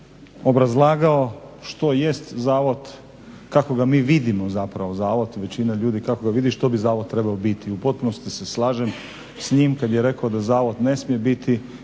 obrazlagao što jest zavod, kako ga mi vidimo zapravo zavod, većina ljudi kako ga vidi, što bi zavod trebao biti. U potpunosti se slažem s njim, kad je rekao da zavod ne smije biti